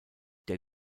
der